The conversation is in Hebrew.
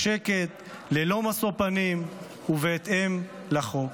בשקט, ללא משוא פנים ובהתאם לחוק.